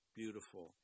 beautiful